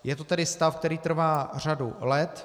Je to tedy stav, který trvá řadu let.